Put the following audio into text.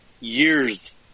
years